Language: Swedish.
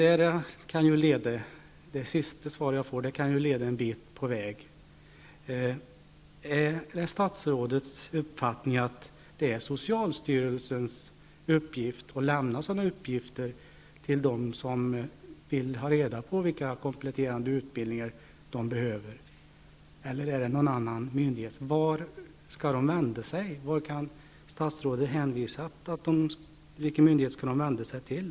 Fru talman! Det sista statsrådet sade kan ju leda en bit på väg. Är det statsrådets uppfattning att det är socialstyrelsens uppgift att lämna besked till dem som vill ha reda på vilka kompletterande utbildningar de behöver, eller är det någon annan myndighets uppgift? Vilken myndighet skall de vända sig till?